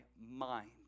mind